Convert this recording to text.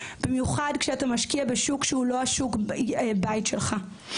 במיוחד כשאתה משקיע בשוק שהוא לא השוק בית שלך.